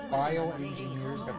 bioengineers